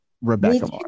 rebecca